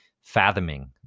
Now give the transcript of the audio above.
fathoming